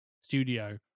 studio